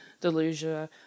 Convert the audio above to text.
delusion